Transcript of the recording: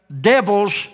devil's